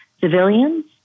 civilians